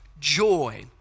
joy